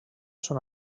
són